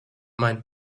mind